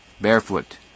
barefoot